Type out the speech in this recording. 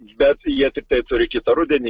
bet jie tiktai turi kitą rudenį